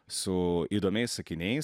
su įdomiais sakiniais